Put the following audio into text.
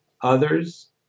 others